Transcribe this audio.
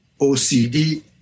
OCD